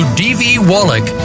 dvwallach